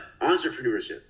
entrepreneurship